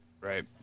right